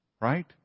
right